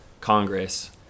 Congress